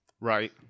Right